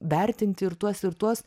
vertinti ir tuos ir tuos